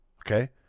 Okay